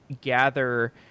gather